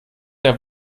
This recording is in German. der